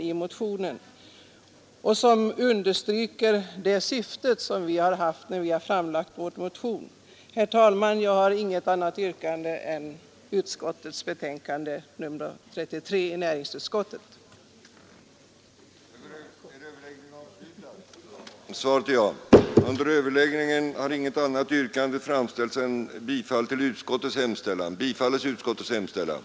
Utskottet delar också vår i motionen framförda uppfattning att dessa försäljningsformer kan medföra problem. Herr talman! Jag har inget annat yrkande än om bifall till näringsutskottets hemställan i betänkandet nr 33.